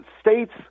States